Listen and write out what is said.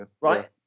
Right